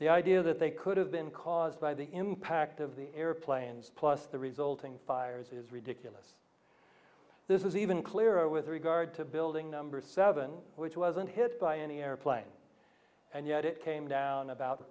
the idea that they could have been caused by the impact of the airplanes plus the resulting fires is ridiculous this is even clearer with regard to building number seven which wasn't hit by any airplane and yet it came down about